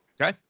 okay